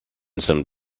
some